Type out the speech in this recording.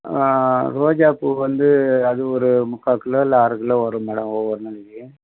ரோஜா பூ வந்து அது ஒரு முக்கா கிலோ இல்லை அரை கிலோ வரும் மேடம் ஒவ்வொரு நாளைக்கு